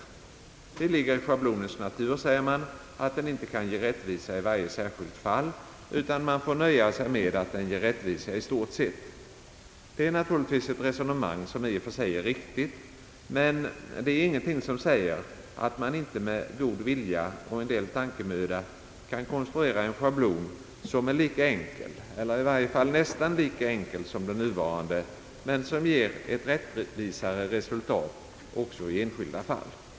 Man menar att det ligger i schablonens natur att den inte kan ge rättvisa i varje särskilt fall, utan man får nöja sig med att den ger rättvisa i stort sett. Detta är naturligtvis ett i och för sig riktigt resonemang, men det är ingenting som säger att man inte med god vilja och en del tankemöda kan konstruera en schablon vilken är lika enkel eller i varje fall nästan lika enkel som den nuvarande men vilken ger ett rättvisare resultat också i enskilda fall.